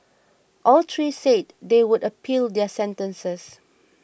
all three said they would appeal their sentences